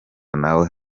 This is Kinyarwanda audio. nawe